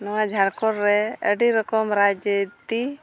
ᱱᱚᱣᱟ ᱡᱷᱟᱲᱠᱷᱚᱸᱰᱨᱮ ᱟᱹᱰᱤ ᱨᱚᱠᱚᱢ ᱨᱟᱡᱽᱱᱤᱛᱤ